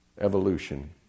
evolution